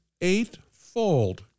eightfold